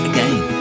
Again